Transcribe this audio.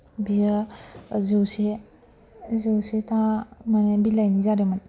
बियो जौसे जौसेथा माने बिलाइनि जादोंमोन